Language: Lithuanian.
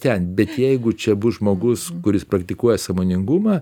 ten bet jeigu čia bus žmogus kuris praktikuoja sąmoningumą